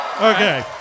okay